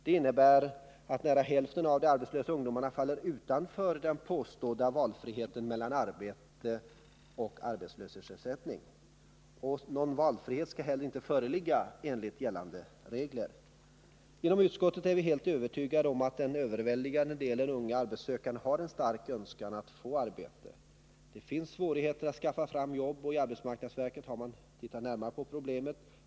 Det innebär att nära hälften av de arbetslösa ungdomarna faller utanför den påstådda valfriheten mellan arbete och arbetslöshetsersättning. Och någon valfrihet skall inte heller föreligga enligt gällande regler. Inom utskottet är vi helt övertygade om att den överväldigande delen unga arbetssökande har en stark önskan att få arbete. Det finns svårigheter att skaffa fram jobb. I arbetsmarknadsverket har man tittat närmare på problemet.